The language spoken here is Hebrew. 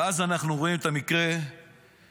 ואז אנחנו רואים את המקרה שבפנינו.